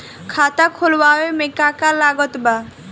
खाता खुलावे मे का का लागत बा?